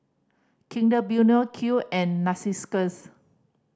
Kinder Bueno Qoo and Narcissus